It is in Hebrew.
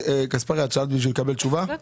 בבקשה,